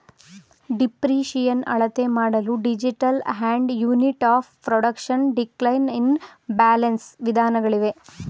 depreciation ಅಳತೆಮಾಡಲು digital and unit of production, decline in balance ವಿಧಾನಗಳಿವೆ